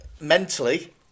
mentally